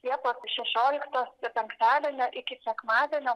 liepos šešioliktos penktadienio iki sekmadienio